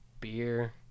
beer